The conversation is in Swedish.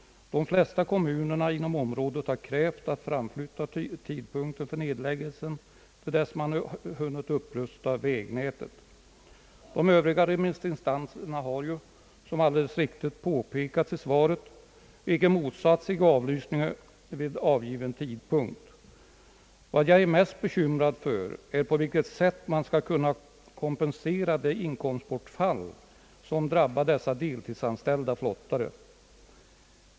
De flesta kommunerna inom området har krävt att få framflytta tidpunkten för nedläggelsen tills dess man hunnit upprusta vägnätet. De övriga remissinstanserna har ju, som det alldeles riktigt påpekats i svaret, icke motsatt sig avlysning vid angiven tidpunkt. Vad jag är mest bekymrad över är på vilket sätt man skall kunna kompensera det inkomstbortfall som drabbar dessa deltidsanställda flottare.